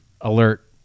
alert